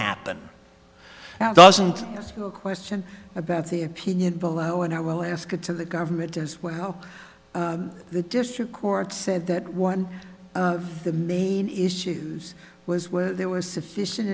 a question about the opinion below and i will ask it to the government as well the district court said that one of the main issues was whether there was sufficient